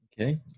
Okay